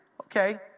okay